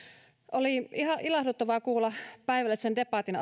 oli ihan ilahduttavaa kuulla päivällisen debatin